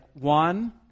one